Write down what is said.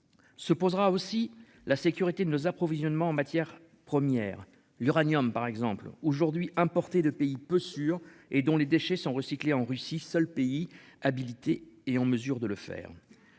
Se posera aussi la sécurité de nos approvisionnements en matières premières l'uranium par exemple aujourd'hui importés de pays peu sûrs et dont les déchets sont recyclés en Russie, seul pays habilité est en mesure de le faire.